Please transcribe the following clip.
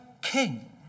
king